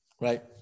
Right